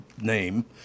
name